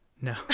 No